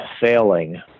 failing